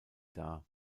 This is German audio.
dar